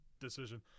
decision